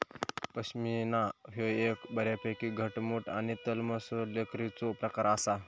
पश्मीना ह्यो एक बऱ्यापैकी घटमुट आणि तलमसो लोकरीचो प्रकार आसा